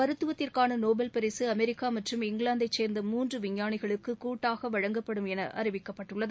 மருத்தவத்திற்கான Nobel பரிசு America மற்றும் இங்கிலாந்தை சேர்ந்த மூன்று விஞ்ஞானிகளுக்கு கூட்டாக வழங்கப்படும் என அறிவிக்கப்பட்டுள்ளது